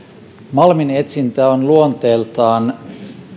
malminetsintä on luonteeltaan